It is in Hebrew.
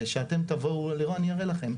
וכשאתם תבואו, אני אראה לכם.